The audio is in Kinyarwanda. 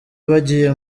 bagiye